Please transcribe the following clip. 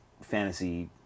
fantasy